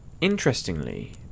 interestingly